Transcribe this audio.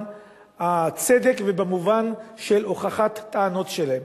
הצדק ובמובן של הוכחת הטענות שלהם.